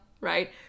right